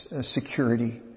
security